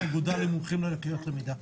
אגודה למומחים ללקויות למידה.